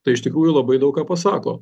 tai iš tikrųjų labai daug ką pasako